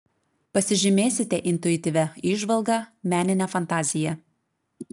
pasižymėsite intuityvia įžvalga menine fantazija